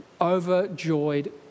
overjoyed